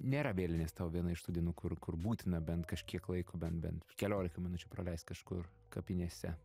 nėra vėlinės tau viena iš tų dienų kur kur būtina bent kažkiek laiko bent bent keliolika minučių praleist kažkur kapinėse